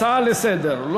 הצעה לסדר-היום,